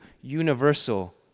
universal